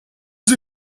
sie